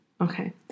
Okay